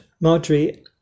Marjorie